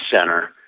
Center